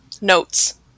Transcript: notes